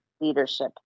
leadership